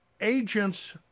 agents